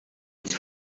niet